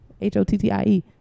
H-O-T-T-I-E